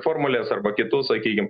formulės arba kitus sakykime